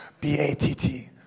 b-a-t-t